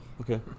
okay